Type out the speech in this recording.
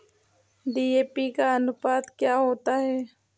DAP का अनुपात क्या होता है?